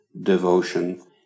devotion